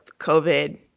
COVID